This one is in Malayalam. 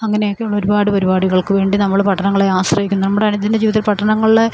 അങ്ങനെയൊക്കെയുള്ള ഒരുപാട് പരിപാടികൾക്കുവേണ്ടി നമ്മൾ പട്ടണങ്ങളെ ആശ്രയിക്കും നമ്മുടെയനുദിന ജീവിതത്തിൽ പട്ടണങ്ങളിലെ